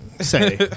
say